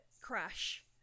crash